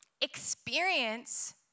experience